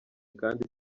kandi